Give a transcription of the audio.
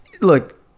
look